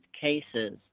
cases